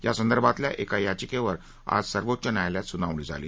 यासंदर्भातल्या एका याचिकेवर आज सर्वोच्च न्यायालयात सुनावणी झाली